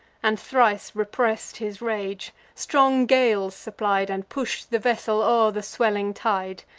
and thrice repress'd his rage strong gales supplied, and push'd the vessel o'er the swelling tide.